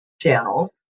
channels